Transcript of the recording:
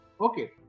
Okay